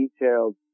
detailed